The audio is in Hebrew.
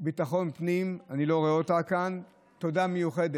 ביטחון הפנים, אני לא רואה אותה כאן תודה מיוחדת